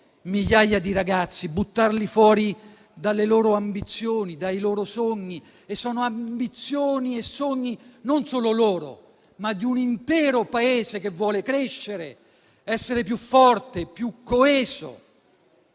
migliaia di ragazzi, dalle loro ambizioni, dai loro sogni; ambizioni e sogni che non sono solo loro, ma di un intero Paese che vuole crescere, essere più forte, più coeso.